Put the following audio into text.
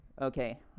Okay